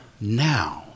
Now